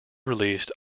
released